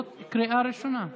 זה קריאה ראשונה,